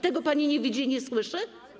Tego pani nie widzi i nie słyszy?